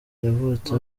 yavutse